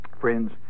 friends